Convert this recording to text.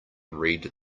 read